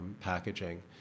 packaging